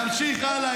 נמשיך הלאה.